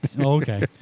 Okay